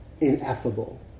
ineffable